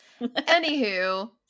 anywho